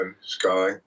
Sky